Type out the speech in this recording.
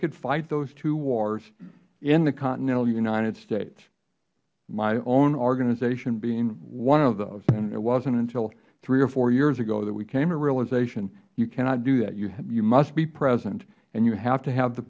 could fight those two wars in the continental united states my own organization being one of those and it wasnt until three or four years ago that we came to the realization you cannot do that you must be present and you have to have the